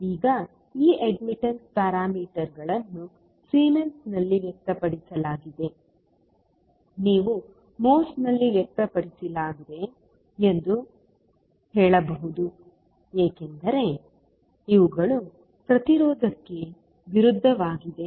ಈಗ ಈ ಅಡ್ಮಿಟ್ಟನ್ಸ್ ಪ್ಯಾರಾಮೀಟರ್ಗಳನ್ನು ಸೀಮೆನ್ಸ್ನಲ್ಲಿ ವ್ಯಕ್ತಪಡಿಸಲಾಗಿದೆ ನೀವು mhos ನಲ್ಲಿ ವ್ಯಕ್ತಪಡಿಸಲಾಗಿದೆ ಎಂದು ಹೇಳಬಹುದು ಏಕೆಂದರೆ ಇವುಗಳು ಪ್ರತಿರೋಧಕ್ಕೆ ವಿರುದ್ಧವಾಗಿವೆ